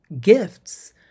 gifts